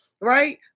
Right